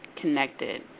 connected